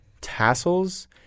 tassels